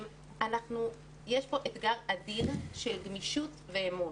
יש כאן אתגר אדיר של גמישות ואמון.